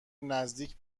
نزدیک